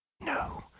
No